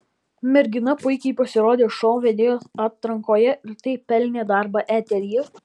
mergina puikiai pasirodė šou vedėjos atrankoje ir taip pelnė darbą eteryje